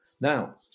Now